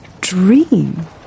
dream